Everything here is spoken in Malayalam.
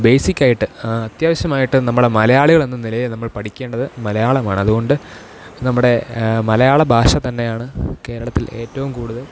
ബേസിക്കായിട്ട് അത്യാവശ്യമായിട്ട് നമ്മുടെ മലയാളികൾ എന്ന നിലയിൽ നമ്മൾ പഠിക്കേണ്ടത് മലയാളമാണ് അതുകൊണ്ട് നമ്മുടെ മലയാള ഭാഷ തന്നെയാണ് കേരളത്തിൽ ഏറ്റവും കൂടുതൽ